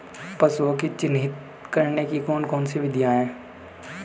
पशुओं को चिन्हित करने की कौन कौन सी विधियां हैं?